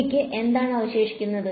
എനിക്ക് എന്താണ് അവശേഷിക്കുന്നത്